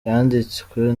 yanditswe